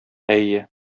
әйе